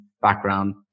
background